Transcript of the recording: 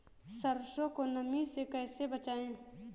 सरसो को नमी से कैसे बचाएं?